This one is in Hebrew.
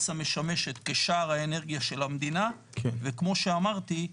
קצא"א משמשת, כשער האנרגיה של המדינה וכמו שאמרתי,